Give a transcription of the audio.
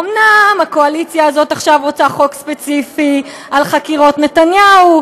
אומנם הקואליציה הזאת עכשיו רוצה חוק ספציפי על חקירות נתניהו,